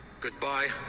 Goodbye